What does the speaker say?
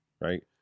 right